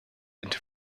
into